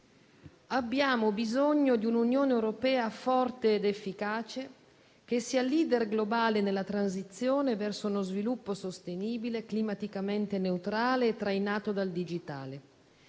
«abbiamo bisogno di un'Unione europea forte ed efficace, un'Unione europea che sia *leader* globale nella transizione verso uno sviluppo sostenibile, climaticamente neutrale e trainato dal digitale.